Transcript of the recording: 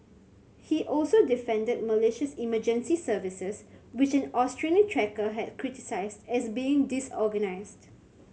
he also defended Malaysia's emergency services which an Australian trekker had criticised as being disorganised